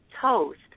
toast